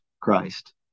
christ